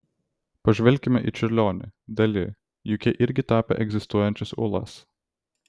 pažvelkime į čiurlionį dali juk jie irgi tapė egzistuojančias uolas